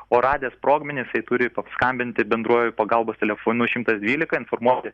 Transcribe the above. o radę sprogmenis tai turi paskambinti bendruoju pagalbos telefonu šimtas dvylika informuoti